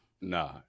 Nah